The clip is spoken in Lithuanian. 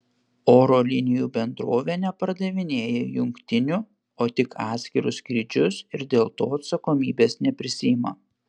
oro linijų bendrovė nepardavinėja jungtinių o tik atskirus skrydžius ir dėl to atsakomybės neprisiima